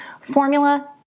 Formula